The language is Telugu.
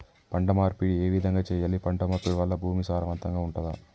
పంట మార్పిడి ఏ విధంగా చెయ్యాలి? పంట మార్పిడి వల్ల భూమి సారవంతంగా ఉంటదా?